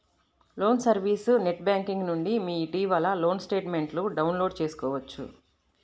loan service net banking నుండి మీ ఇటీవలి లోన్ స్టేట్మెంట్ను డౌన్లోడ్ చేసుకోవచ్చు